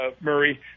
Murray